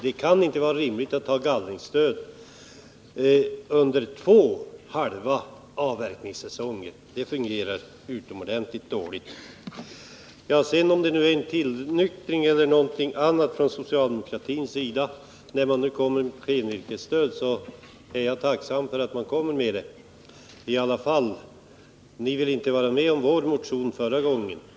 Det kan inte vara rimligt att ha gallringsstöd under två halva avverkningssäsonger. Det fungerar utomordentligt dåligt. Vare sig det nu är en tillnyktring eller något annat från socialdemokratins sida när det gäller klenvirkesstöd är jag i alla fall tacksam för att de kommer med det förslaget. Ni ville inte vara med på förslaget i vår motion förra gången.